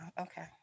Okay